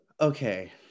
Okay